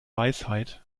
weisheit